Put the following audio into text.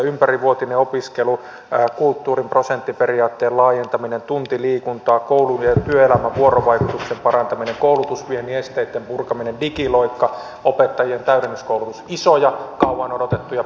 ympärivuotinen opiskelu kulttuurin prosenttiperiaatteen laajentaminen tunti liikuntaa koulun ja työelämän vuorovaikutuksen parantaminen koulutusviennin esteitten purkaminen digiloikka opettajien täydennyskoulutus isoja kauan odotettuja positiivisia asioita